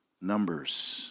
Numbers